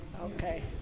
Okay